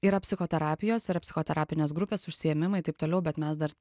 yra psichoterapijos yra psichoterapinės grupės užsiėmimai taip toliau bet mes dar